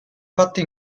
fatti